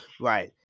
Right